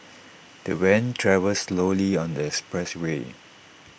the van travelled slowly on the expressway